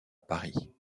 paris